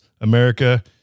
America